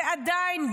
עדיין,